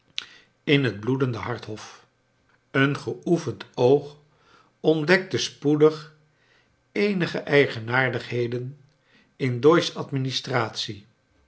in het bloedende hart hof een geoefend oog ontdekte spoedig eenige eigenaardigheden in doyce's